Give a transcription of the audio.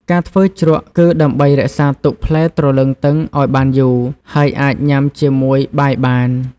ការធ្វើជ្រក់គឺដើម្បី រក្សាទុកផ្លែទ្រលឹងឱ្យបានយូរ ហើយអាចញ៉ាំជាមួយបាយបាន។